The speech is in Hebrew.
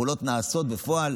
הפעולות נעשות בפועל,